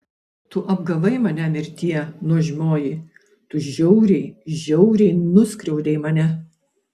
tu apgavai mane mirtie nuožmioji tu žiauriai žiauriai nuskriaudei mane